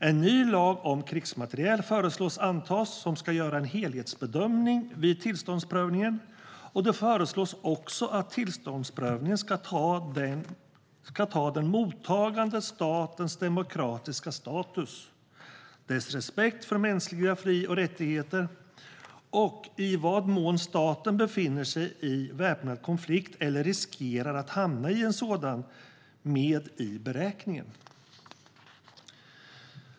En ny lag om krigsmateriel föreslås antas där det ska göras en helhetsbedömning vid tillståndsprövningen, och det föreslås också att tillståndsprövningen ska ta den mottagande statens demokratiska status, dess respekt för mänskliga fri och rättigheter och i vilken mån staten befinner sig i väpnad konflikt eller riskerar att hamna i en sådan med i beräkningen.